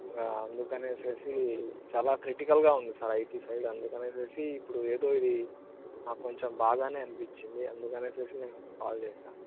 ఇంక అందుకని చాలా క్రిటికల్గా ఉంది సార్ ఐటి సైడ్ అందుకని ఇప్పుడు ఏదో ఇది కొంచెం బాగానే అనిపిచ్చింది అందుకని నేను కాల్ చేశాను